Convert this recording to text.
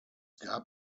gab